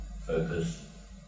focus